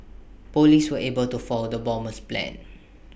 Police were able to foil the bomber's plans